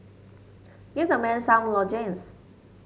give the man some lozenges